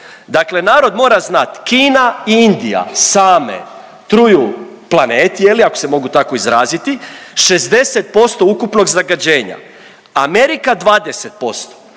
Dakle, mora znati Kina i Indija same truju planet je li ako se mogu tako izraziti 60% ukupnog zagađenja. Amerika 20%.